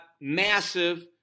massive